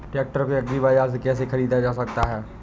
Tractor को agri बाजार से कैसे ख़रीदा जा सकता हैं?